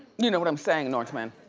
you known what i'm saying, norntman.